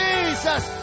Jesus